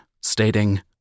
stating